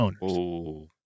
owners